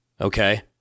okay